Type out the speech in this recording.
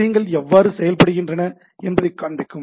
விஷயங்கள் எவ்வாறு செயல்படுகின்றன என்பதைக் காண்பிக்கும்